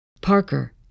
Parker